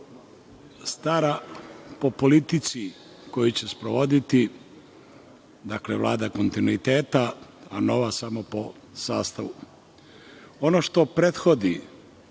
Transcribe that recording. Stara po politici koju će sprovoditi, dakle Vlada kontinuiteta, a nova samo po sastavu. Ono što prethodi